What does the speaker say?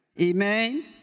Amen